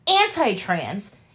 anti-trans